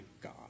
God